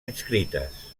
inscrites